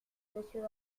monsieur